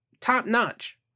top-notch